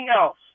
else